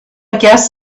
guess